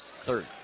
Third